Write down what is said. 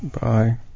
Bye